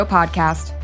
Podcast